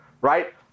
Right